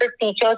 teachers